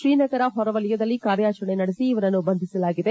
ತ್ರೀನಗರ ಹೊರ ವಲಯದಲ್ಲಿ ಕಾರ್ಯಾಚರಣೆ ನಡೆಸಿ ಇವರನ್ನು ಬಂಧಿಸಲಾಗಿದೆ